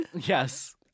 Yes